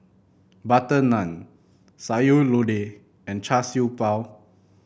butter naan Sayur Lodeh and Char Siew Bao